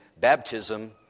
baptism